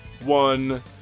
one